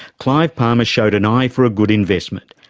clive palmer showed an eye for a good investment.